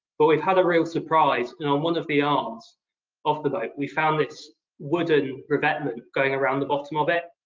but we've had a real surprise. you know on one of the arms of the moat, we found this wooden revetment going around the bottom of it.